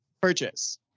Purchase